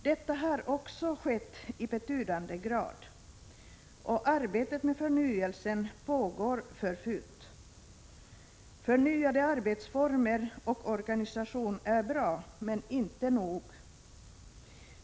Detta har också skett i betydande grad, och arbetet med förnyelsen pågår för fullt. Förnyade arbetsformer och en ny organisation är bra, men inte nog.